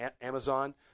Amazon